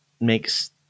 makes